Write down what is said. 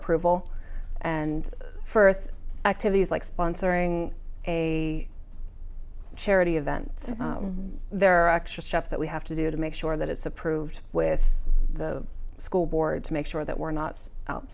approval and furthur activities like sponsoring a charity event there are extra steps that we have to do to make sure that it's approved with the school board to make sure that we're not